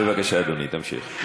בבקשה, אדוני, תמשיך.